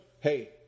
hey